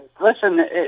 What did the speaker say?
listen